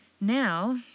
now